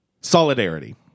Solidarity